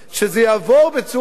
שזה יבוא בצורה,